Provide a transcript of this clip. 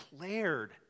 declared